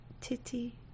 Titty